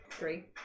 Three